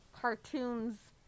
cartoons